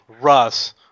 Russ